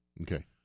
Okay